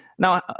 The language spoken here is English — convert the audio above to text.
Now